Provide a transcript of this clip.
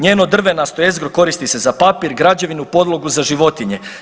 Njenu drvenastu jezgru koristi se za papir, građevinu, podlogu za životinje.